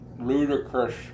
ludicrous